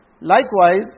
Likewise